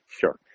sure